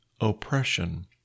oppression